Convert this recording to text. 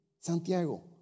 Santiago